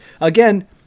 again